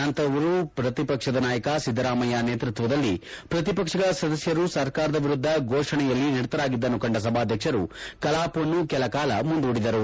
ನಂತರವೂ ಪ್ರತಿಪಕ್ಷದ ನಾಯಕ ಸಿದ್ದರಾಮಯ್ಕ ನೇತೃತ್ವದಲ್ಲಿ ಪ್ರತಿಪಕ್ಷಗಳ ಸದಸ್ಯರು ಸರ್ಕಾರದ ವಿರುದ್ದ ಘೋಷಣೆಯಲ್ಲಿ ನಿರತರಾಗಿದ್ದನ್ನು ಕಂಡ ಸಭಾಧ್ಯಕ್ಷರು ಕಲಾಪವನ್ನು ಕೆಲಕಾಲ ಮುಂದೂಡಿದರು